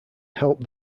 help